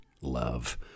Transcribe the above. love